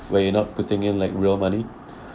where you're not putting in like real money